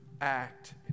act